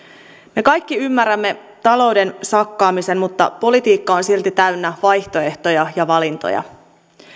me kaikki ymmärrämme talouden sakkaamisen mutta politiikka on silti täynnä vaihtoehtoja ja valintoja